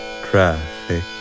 traffic